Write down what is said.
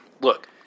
Look